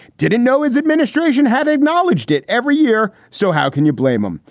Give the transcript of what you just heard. didn't know his administration had acknowledged it every year. so how can you blame him?